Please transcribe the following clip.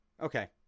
okay